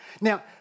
Now